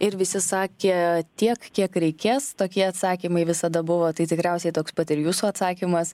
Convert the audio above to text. ir visi sakė tiek kiek reikės tokie atsakymai visada buvo tai tikriausiai toks pat ir jūsų atsakymas